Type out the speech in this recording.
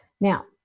Now